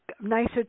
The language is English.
nicer